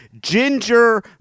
ginger